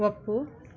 ಒಪ್ಪು